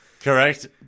Correct